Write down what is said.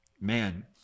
man